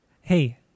Hey